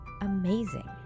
amazing